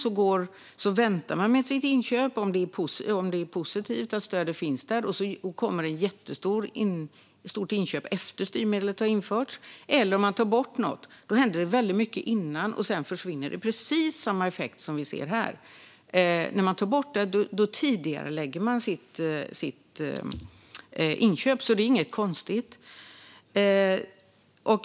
Folk väntar med sina inköp tills stödet är infört, och sedan blir det jättestora inköp när det har införts. Och när man tar bort ett stöd händer det väldigt mycket precis innan det försvinner. Det är detsamma som vi ser här. Folk tidigarelade sina inköp innan stödet togs bort. Det är inget konstigt.